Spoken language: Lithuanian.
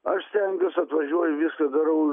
aš stengiuos atvažiuoju viską darau